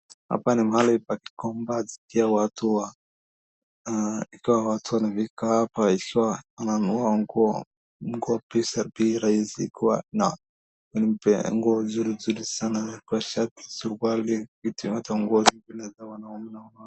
Hapa ni mahali pa gikomba, ikiwa watu wanafika hapa kisha wananunua nguo. Nguo za bei rahisi pia na mpya, nguo nzuri sana ikiwa shati, suruari vitu yote nguo za wanaume na wanawake.